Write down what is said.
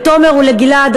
ולתומר וגלעד,